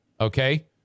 okay